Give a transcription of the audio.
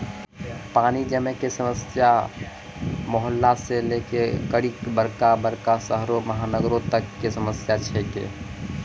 पानी जमै कॅ समस्या हर गांव, मुहल्ला सॅ लै करिकॅ बड़का बड़का शहरो महानगरों तक कॅ समस्या छै के